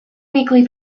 weekly